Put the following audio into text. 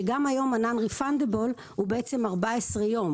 גם היום non-refundable זה 14 יום,